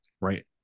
right